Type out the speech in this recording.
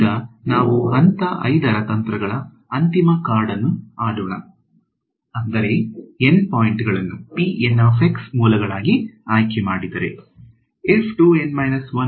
ಈಗ ನಾವು ಹಂತ 5 ರ ತಂತ್ರಗಳ ಅಂತಿಮ ಕಾರ್ಡ್ ಅನ್ನು ಆಡೋಣ ಅಂದರೆ N ಪಾಯಿಂಟ್ಗಳನ್ನು ಮೂಲಗಳಾಗಿ ಆಯ್ಕೆಮಾಡಿದರೆ